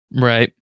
right